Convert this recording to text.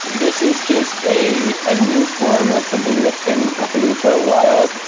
this is just a a new form of something that's been happening for a while,